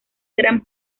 gran